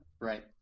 right